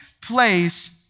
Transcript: place